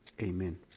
Amen